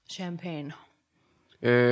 Champagne